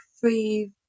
three